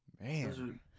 Man